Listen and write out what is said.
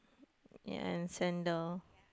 yea and sandal